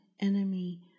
enemy